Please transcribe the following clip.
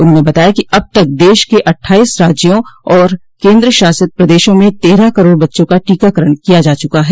उन्होंने बताया कि अब तक देश के अठ्ठाइस राज्यों और केन्द्रशासित प्रदेशों में तेरह करोड़ बच्चों का टीकाकरण किया जा चूका है